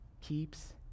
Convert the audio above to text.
keeps